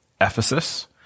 Ephesus